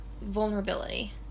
vulnerability